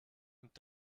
und